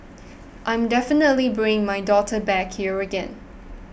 I'm definitely bringing my daughter back here again